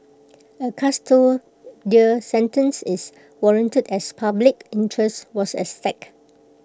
A custodial sentence is warranted as public interest was at stake